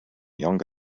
young